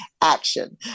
Action